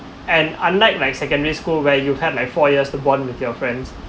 and unlike like secondary school where you had like four years to bond with your friends